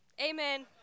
Amen